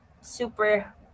super